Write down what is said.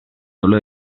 solo